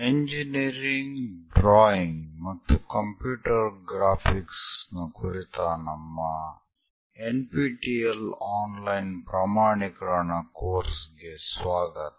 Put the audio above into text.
engineering drawing ಮತ್ತು computer graphics ನ ಕುರಿತ ನಮ್ಮ NPTEL Online ಪ್ರಮಾಣೀಕರಣ ಕೋರ್ಸ್ಗೆ ಸ್ವಾಗತ